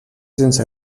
sense